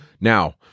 Now